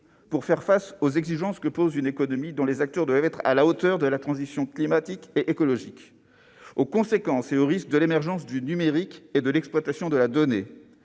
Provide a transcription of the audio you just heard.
pour faire face aux exigences d'une économie dont les acteurs doivent être à la hauteur de la transition climatique et écologique, aux conséquences de l'émergence du numérique et aux risques de l'exploitation de la donnée,